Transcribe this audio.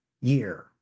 year